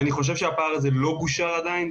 אני חושב שהפער הזה לא גושר עדיין.